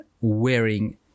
wearing